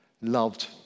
loved